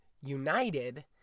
united